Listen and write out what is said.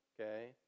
okay